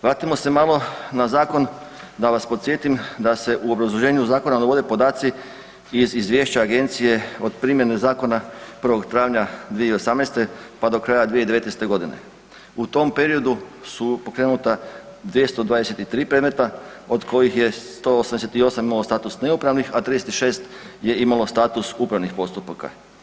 Vratimo se malo na zakon da vas podsjetim da se u obrazloženju zakona navode podaci iz izvješća Agencije od primjene zakona 1. travnja 2018., pa do kraja 2019.g. U tom periodu su pokrenuta 223 predmeta od kojih je 188 imalo status neupravnih, a 36 je imalo status upravnih postupaka.